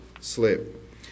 slip